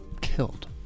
killed